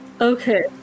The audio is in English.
Okay